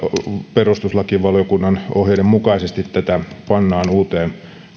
perustuslakivaliokunnan ohjeiden mukaisesti tätä pannaan uuteen